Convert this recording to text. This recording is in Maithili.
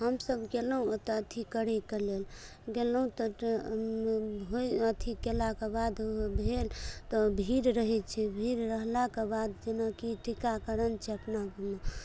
हम सभ गेलहुॅं ओतौ अथि करैके लेल गेलहुॅं तऽ अथि केला के बाद ओ भेल तऽ भीड़ रहै छै भीड़ रहलाके बाद जेना कि टीकाकरण छै अपना गाँवमे